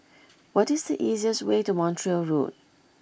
what is the easiest way to Montreal Road